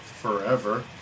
forever